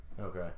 Okay